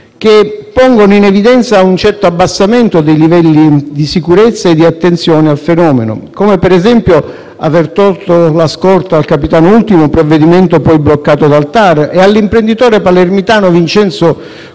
che pongono in evidenza un abbassamento dei livelli di sicurezza e di attenzione al fenomeno, come per esempio l'avere tolto la scorta al capitano Ultimo, provvedimento poi bloccato dal TAR, e all'imprenditore palermitano Vincenzo